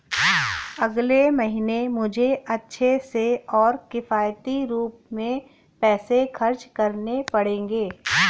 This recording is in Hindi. अगले महीने मुझे अच्छे से और किफायती रूप में पैसे खर्च करने पड़ेंगे